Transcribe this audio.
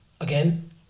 Again